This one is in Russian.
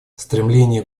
стремление